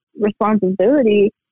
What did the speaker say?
responsibility